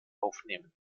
aufnehmen